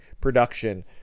production